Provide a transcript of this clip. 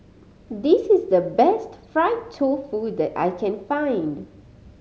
this is the best fried tofu that I can find